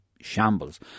shambles